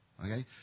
Okay